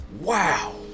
Wow